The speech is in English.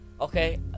Okay